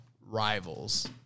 Rivals